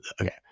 Okay